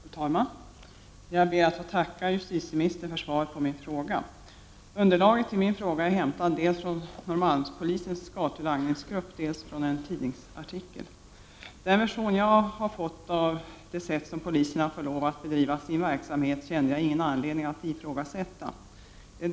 Fru talman! Jag ber att få tacka justitieministern för svaret på min fråga. Underlaget till min fråga är hämtad dels från Norrmalmspolisens gatulangningsgrupp, dels från en tidningsartikel. Den version jag har fått av det sätt som poliserna får lov att bedriva sin verksamhet på kände jag ingen anledning att ifrågasätta.